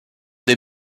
des